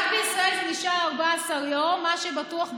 רק בישראל זה נשאר 14 יום, מה שבטוח בטוח,